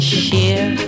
share